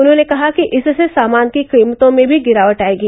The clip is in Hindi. उन्होंने कहा कि इससे सामान की कीमतों में भी गिरावट आयेगी